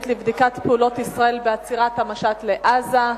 לבדיקת פעולת ישראל בעצירת המשט לעזה,